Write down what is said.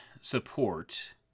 support